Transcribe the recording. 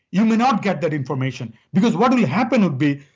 you may not get that information because what will happen will be,